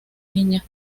niña